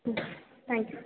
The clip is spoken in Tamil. ம் தேங்க் யூ